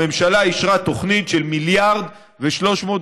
הממשלה אישרה תוכנית של 1.3 מיליארד שקלים.